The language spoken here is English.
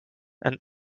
and